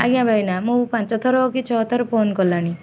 ଆଜ୍ଞା ଭାଇନା ମୁଁ ପାଞ୍ଚ ଥର କି ଛଅ ଥର ଫୋନ୍ କଲିଣି